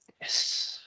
Yes